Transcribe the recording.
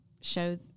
show